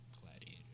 Gladiator